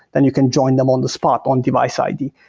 then you can join them on the spot on device id.